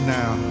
now